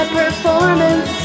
performance